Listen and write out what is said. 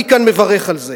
ואני כאן מברך על זה.